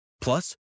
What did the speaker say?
Plus